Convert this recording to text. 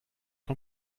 von